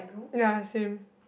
ya same